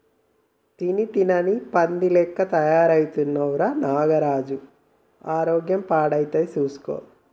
తిని తిని పంది లెక్క తయారైతున్నవ్ రా నాగరాజు ఆరోగ్యం పాడైతది చూస్కో